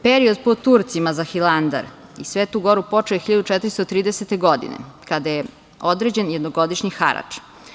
Period pod Turcima za Hilandar i Svetu goru počeo je 1430. godine, kada je određen jednogodišnji harač.